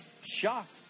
shocked